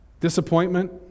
disappointment